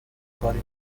کاری